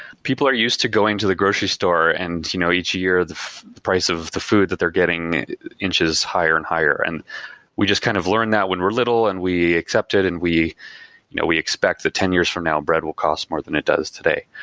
people are used to going to the grocery store, and you know each year the price of the food that they're getting inches higher and higher and we just kind of learn that when we're little and we accept it and we you know we expect that ten years from now bread will cost more than it does today.